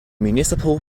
municipal